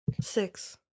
Six